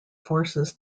forces